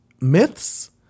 myths